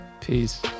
Peace